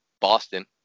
Boston